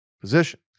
position